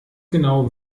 genau